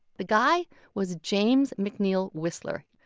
the guy was james mcneill whistler.